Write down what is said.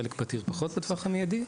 חלק פחות פתיר בטווח המיידי.